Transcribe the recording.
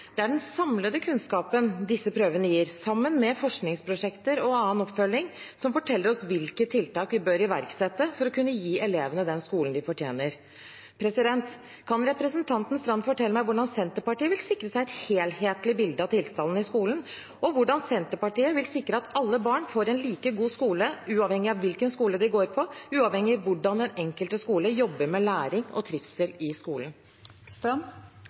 Det er den samlede kunnskapen disse prøvene gir, sammen med forskningsprosjekter og annen oppfølging, som forteller oss hvilke tiltak vi bør iverksette for å kunne gi elevene den skolen de fortjener. Kan representanten Knutsdatter Strand fortelle meg hvordan Senterpartiet vil sikre seg et helhetlig bilde av tilstanden i skolen, og hvordan Senterpartiet vil sikre at alle barn får en like god skole, uavhengig av hvilken skole de går på, uavhengig av hvordan den enkelte skole jobber med læring og trivsel i